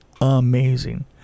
Amazing